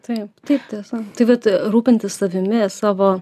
taip taip tiesa tai vat rūpintis savimi savo